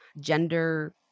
gender